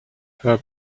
her